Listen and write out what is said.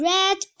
Red